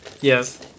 yes